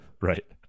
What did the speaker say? Right